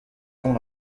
sont